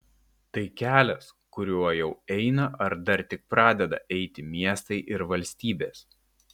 tai kelias kuriuo jau eina ar dar tik pradeda eiti miestai ir valstybės